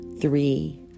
Three